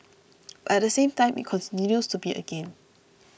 but at the same time it continues to be a gain